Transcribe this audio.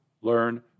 learn